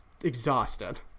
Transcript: exhausted